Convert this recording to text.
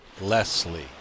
Leslie